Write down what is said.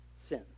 sin